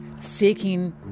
seeking